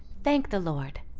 thank the lord!